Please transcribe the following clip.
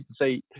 say